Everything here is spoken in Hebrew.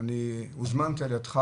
אני הוזמנתי על ידך